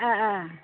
अ अ